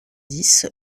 dix